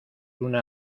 una